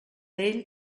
ell